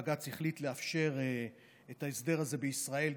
בג"ץ החליט לאפשר את ההסדר הזה לפונדקאות